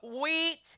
wheat